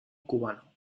cubano